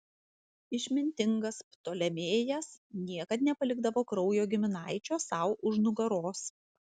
išmintingas ptolemėjas niekad nepalikdavo kraujo giminaičio sau už nugaros